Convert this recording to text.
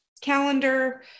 calendar